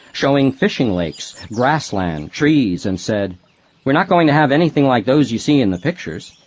showing fishing lakes, grassland, trees, and said we're not going to have anything like those you see in the pictures.